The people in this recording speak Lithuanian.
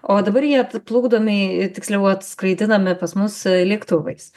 o dabar jie plukdomi tiksliau atskraidinami pas mus lėktuvais